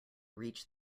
reach